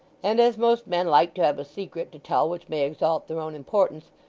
and as most men like to have a secret to tell which may exalt their own importance,